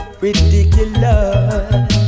ridiculous